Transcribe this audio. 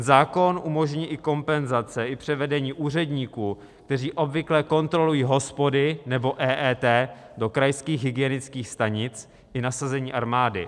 Zákon umožní i kompenzace i převedení úředníků, kteří obvykle kontrolují hospody nebo EET, do krajských hygienických stanic i nasazení armády.